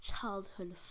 childhood